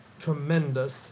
tremendous